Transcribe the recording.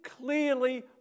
clearly